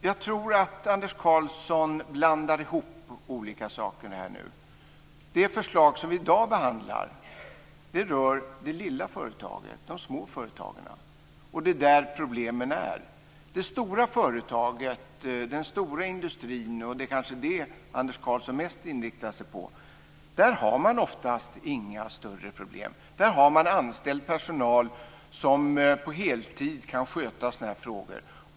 Jag tror att Anders Karlsson blandar ihop olika saker här. Det förslag som vi i dag behandlar rör det lilla företaget, de små företagarna, och det är där problemen finns. I det stora företaget, i den stora industrin - och det kanske är detta Anders Karlsson mest inriktar sig på - har man oftast inga större problem. Där har man anställd personal som på heltid kan sköta sådana här frågor.